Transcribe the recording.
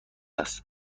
است